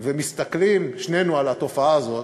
ומסתכלים שנינו על התופעה הזאת,